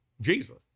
Jesus